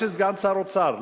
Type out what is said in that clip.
יש סגן שר אוצר,